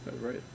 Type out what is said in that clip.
right